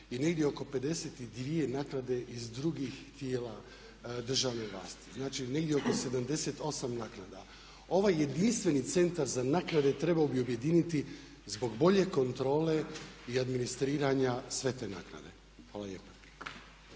i negdje oko 52 naknade iz drugih tijela državne vlasti. Znači negdje oko 78 naknada. Ovaj jedinstveni centar za naknade trebao bi objediniti zbog bolje kontrole i administriranja sve te naknade. Hvala lijepa.